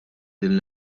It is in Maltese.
din